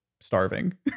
starving